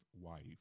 wife